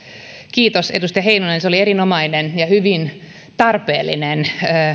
kiitos edustaja heinonen se oli erinomainen ja hyvin tarpeellinen